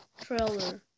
trailer